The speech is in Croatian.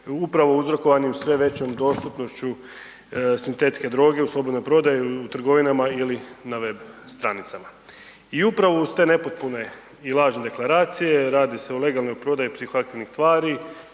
upravo uzrokovano sve većem dostupnošću sintetske droge u slobodnoj prodaji u trgovinama ili na web stranicama. I upravo uz te nepotpune i lažne deklaracije, radi se o legalnoj prodaji …/Govornik se